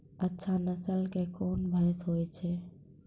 अच्छा नस्ल के कोन भैंस होय छै?